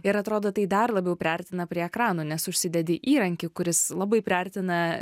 ir atrodo tai dar labiau priartina prie ekranų nes užsidedi įrankį kuris labai priartina